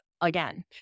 again